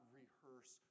rehearse